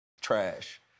trash